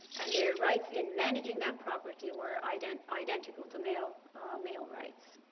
and their rights in managing that property were identical identical to male male rights.